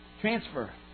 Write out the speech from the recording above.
Transfer